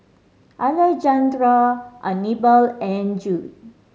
Alejandra Anibal and Jude